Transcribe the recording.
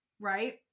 right